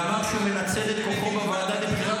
ואמר שהוא מנצל את כוחו בוועדה לבחירת